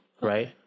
Right